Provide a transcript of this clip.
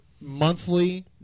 monthly